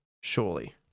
Surely